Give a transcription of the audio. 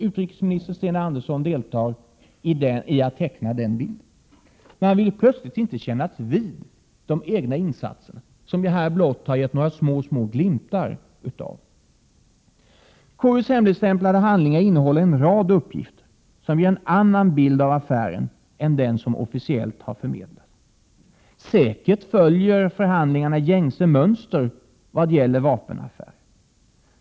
Utrikesminister Sten Andersson finns med när det gäller att teckna den bilden. Man vill plötsligt inte kännas vid de egna insatserna, som jag här blott har gett några mycket små glimtar av. KU:s hemligstämplade handlingar innehåller en rad uppgifter som ger en annan bild av affären än den som officiellt har förmedlats. Säkert följer förhandlingarna gängse mönster vad gäller vapenaffärer.